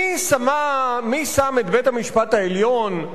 מי שם את בית-המשפט העליון,